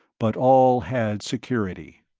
but all had security.